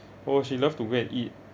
oh she love to go and eat